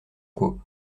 quo